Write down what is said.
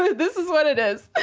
ah this is what it is.